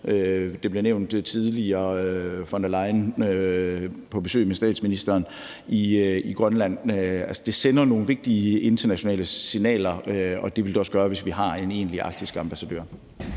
besøg med statsministeren i Grønland. Altså, det sender nogle vigtige internationale signaler, og det vil det også gøre, hvis vi har en egentlig arktisk ambassadør.